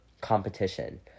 competition